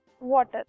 water